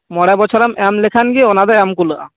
ᱢᱚᱲᱮ ᱵᱚᱪᱷᱚᱨᱮᱢ ᱮᱢ ᱞᱮᱠᱷᱟᱱᱜᱮ ᱚᱱᱟᱫᱚ ᱮᱢ ᱠᱩᱞᱟ ᱜᱼᱟ